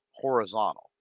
horizontal